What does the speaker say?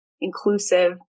inclusive